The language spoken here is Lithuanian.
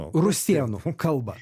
rusėnų kalbą